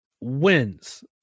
wins